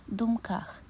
dumkach